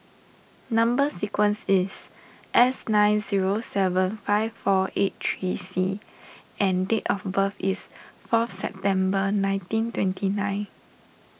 Number Sequence is S nine zero seven five four eight three C and date of birth is fourth September nineteen twenty nine